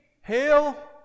hail